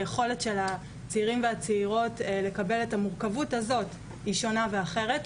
היכולת של הצעירים והצעירות לקבל את המורכבות הזאת היא שונה ואחרת.